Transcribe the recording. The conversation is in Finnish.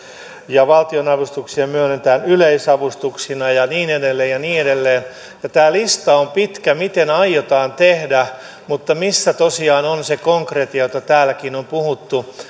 ja valtionavustuksia myönnetään yleisavustuksina ja niin edelleen ja niin edelleen tämä lista siitä miten aiotaan tehdä on pitkä mutta missä tosiaan on se konkretia josta täälläkin on puhuttu